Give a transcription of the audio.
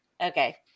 Okay